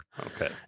Okay